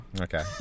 Okay